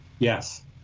Yes